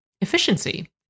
efficiency